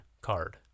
card